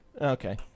Okay